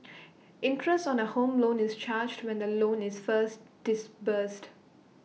interest on A home loan is charged when the loan is first disbursed